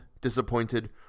disappointed